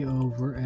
over